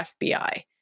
FBI